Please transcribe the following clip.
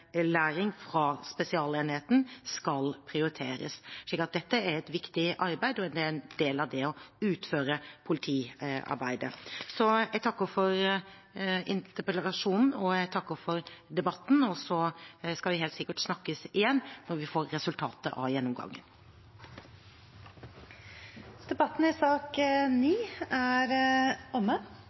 fra spesialenheten skal prioriteres. Dette er et viktig arbeid, og det er en del av det å utføre politiarbeidet. Jeg takker for interpellasjonen, og jeg takker for debatten. Så skal vi helt sikkert snakkes igjen når vi får resultatet av gjennomgangen. Debatten i sak nr. 9 er omme.